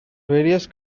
various